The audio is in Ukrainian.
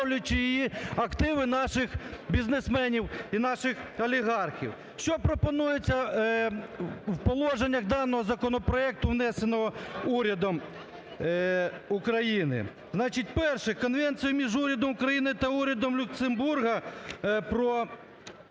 оздоровлюючи її, активи наших бізнесменів і наших олігархів. Що пропонується в положеннях даного законопроекту, внесеного урядом України? Значить, перше – Конвенцію між урядом України та урядом Люксембургу про